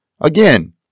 Again